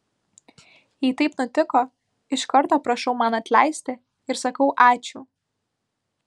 jei taip nutiko iš karto prašau man atleisti ir sakau ačiū